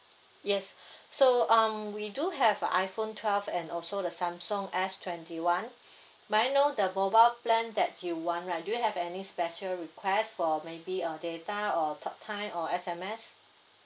yes so um we do have a iPhone twelve and also the Samsung S twenty one may I know the mobile plan that you want right do you have any special request for maybe uh data or talk time or S_M_S